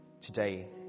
today